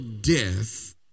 death